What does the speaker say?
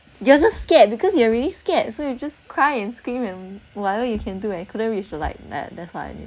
you are just scared because you are really scared so you just cry and scream and whatever you can do I couldn't reach the light that's all I knew